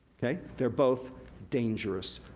they're both dangerous,